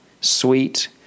sweet